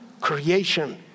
creation